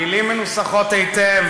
מילים מנוסחות היטב,